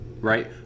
right